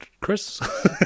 Chris